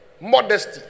modesty